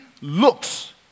looks